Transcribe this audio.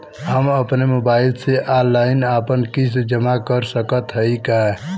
हम अपने मोबाइल से ऑनलाइन आपन किस्त जमा कर सकत हई का?